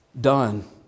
done